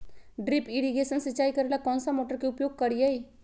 Drip irrigation सिंचाई करेला कौन सा मोटर के उपयोग करियई?